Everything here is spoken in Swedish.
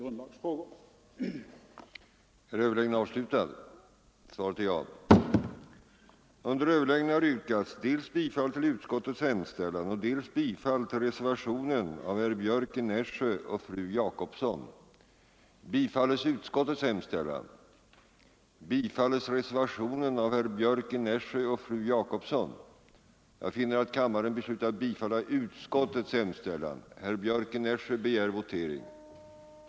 ning gav följande resultat: